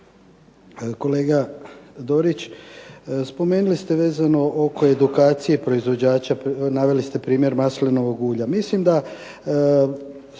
Kolega Dorić spomenuli ste vezano oko edukacije proizvođača, naveli ste primjer maslinovog ulja. Mislim da